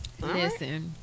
Listen